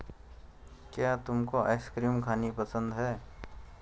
क्या तुमको आइसक्रीम खानी पसंद है?